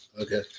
Okay